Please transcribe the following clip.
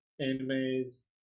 anime's